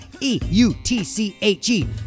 E-U-T-C-H-E